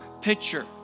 picture